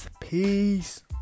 peace